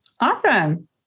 Awesome